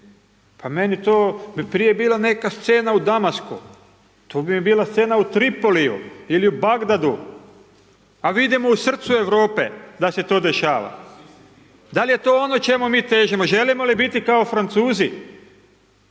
Pa meni to, bi prije bila neka scena u Damasku, to mi bi bila scena u Tripoliju ili u Bagdadu, a vidimo u srcu Europe, da se to dešava. Dal' je to ono čemu mi težimo, želimo li biti kao Francuzi?